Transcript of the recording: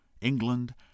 England